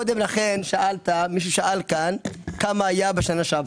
כאן כמה היה בשנה שעברה.